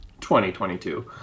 2022